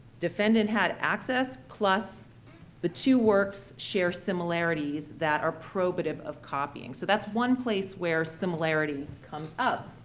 defendant had access plus the two works share similarities that are probative of copying. so that's one place where similarity comes up.